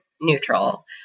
neutral